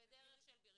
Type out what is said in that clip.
בדרך של בריונות.